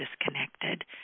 disconnected